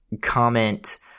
comment